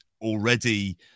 already